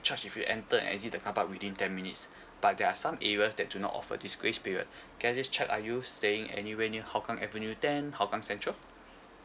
charge if you enter and exit the car park within ten minutes but there are some areas that do not offer this grace period can I just check are you staying anywhere near hougang avenue ten hougang central